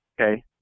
Okay